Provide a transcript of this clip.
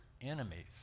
enemies